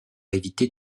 éviter